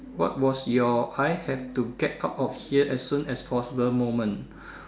what was your I have to get out of here as soon as possible moment